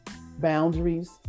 boundaries